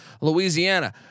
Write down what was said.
Louisiana